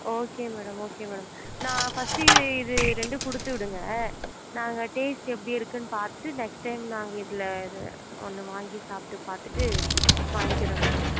okay madam okay madam நான் first இது இது ரெண்டும் கொடுத்து விடுங்க நாங்கள் டேஸ்ட் எப்படி இருக்குனு பார்த்துட்டு நெக்ஸ்ட் டைம் நாங்கள் இதில் இது ஒன்று வாங்கி சாப்பிட்டு பார்த்துட்டு வாங்கிக்கிறோம் மேடம்